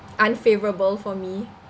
unfavourable for me